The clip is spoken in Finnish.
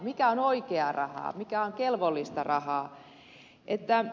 mikä on oikeaa rahaa mikä on kelvollista rahaa